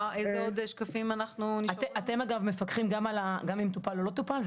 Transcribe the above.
אגב, אתם מפקחים גם אם טופל או לא טופל?